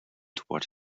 toward